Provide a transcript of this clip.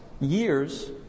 years